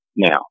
Now